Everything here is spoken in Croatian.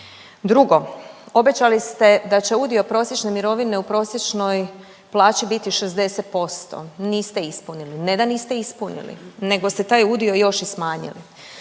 Drugo, obećali ste da će udio prosječne mirovine u prosječnoj plaći biti 60%, niste ispunili. Ne da niste ispunili nego ste taj udio još i smanjili.